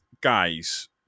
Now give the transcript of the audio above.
guys